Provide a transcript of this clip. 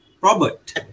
Robert